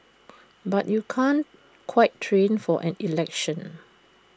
but you can't quite train for an election